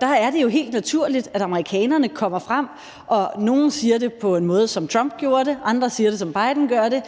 Der er det jo helt naturligt, at amerikanerne kommer frem. Nogle siger det på en måde, som Trump gjorde det; andre siger det, som Biden gør det: